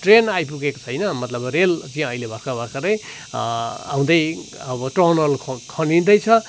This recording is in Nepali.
ट्रेन आइपुगेको छैन मतलब रेल चाहिँ अहिले भर्खर भर्खरै आउँदै अब टनल ख खनिदै छ